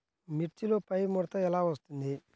మిర్చిలో పైముడత ఎలా వస్తుంది?